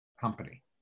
company